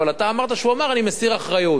אבל אתה אמרת שהוא אמר: אני מסיר אחריות.